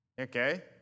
Okay